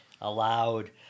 Allowed